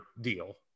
deal